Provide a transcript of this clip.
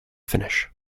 finish